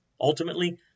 Ultimately